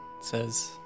says